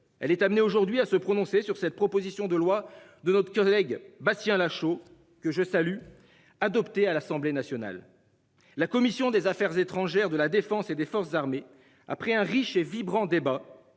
Elle est amenée aujourd'hui à se prononcer sur cette proposition de loi de notre collègue Bastien Lachaud que je salue, adopté à l'Assemblée nationale. La commission des Affaires étrangères de la Défense et des forces armées après un riche et vibrant débat